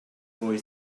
boy